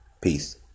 Peace